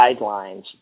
Guidelines